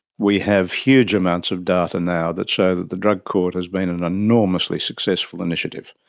we have huge amounts of data now that show that the drug court has been an enormously successful initiative.